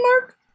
mark